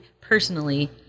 personally